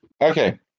okay